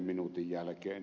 minuutin jälkeen